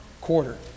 Quarter